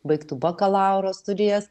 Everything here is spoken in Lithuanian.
baigtų bakalauro studijas